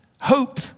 Hope